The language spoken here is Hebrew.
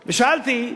ושאלתי: